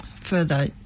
further